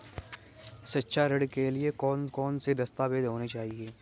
शिक्षा ऋण के लिए कौन कौन से दस्तावेज होने चाहिए?